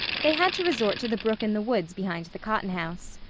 they had to resort to the brook in the woods behind the cotton house.